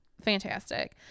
fantastic